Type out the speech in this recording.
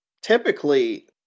typically